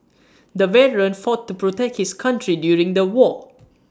the veteran fought to protect his country during the war